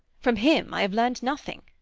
from him i have learned nothing.